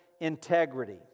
integrity